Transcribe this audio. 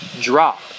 drop